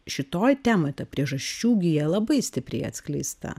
šitoj temoje ta priežasčių gija labai stipriai atskleista